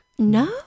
No